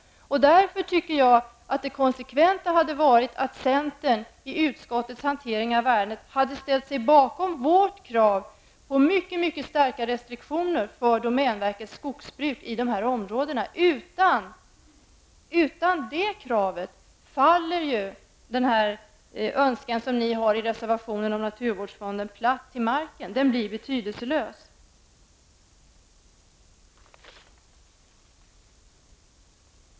Det konsekventa hade varit att centern i utskottets hantering av ärendet skulle ha ställt sig bakom vårt krav på mycket starka restriktioner för domänverkets skogsbruk i dessa områden. Utan det kravet faller den önskan som ni har i reservationen om naturvårdsfonder platt till marken. Den blir betydelselös.